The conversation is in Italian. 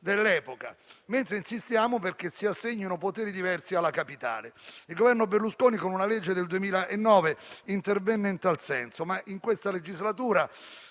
dell'epoca - ma insistiamo perché si assegnino poteri diversi alla Capitale. Il Governo Berlusconi con una legge del 2009 intervenne in tal senso, ma in questa legislatura,